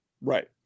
Right